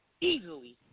easily